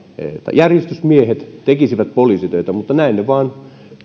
järjestysmiehet tekisivät poliisitöitä mutta näin ne vain